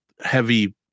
heavy